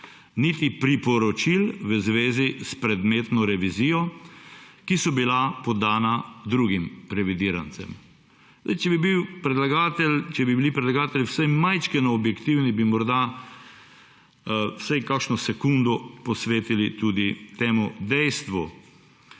niti priporočil v zvezi s predmetno revizijo, ki so bila podana drugim revidirancem. Če bi bil predlagatelj, če bi bili predlagatelji vsaj majčkeno objektivni, bi morda vsaj kakšno sekundo posvetili tudi temu dejstvu.